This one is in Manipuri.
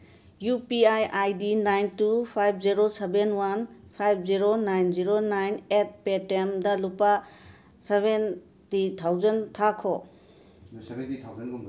U P I I D nine two five zero seven one five zero nine zero nine eight ꯄꯦ ꯇꯤ ꯑꯦꯝꯗ ꯂꯨꯄꯥ ꯁꯚꯦꯟꯇꯤ ꯊꯥꯎꯖꯟ ꯊꯥꯈꯣ